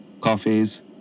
coffees